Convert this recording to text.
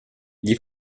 gli